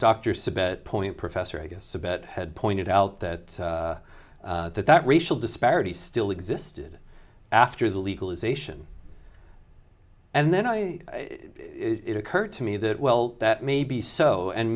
sabet point professor i guess about had pointed out that that that racial disparity still existed after the legalization and then i it occurred to me that well that may be so and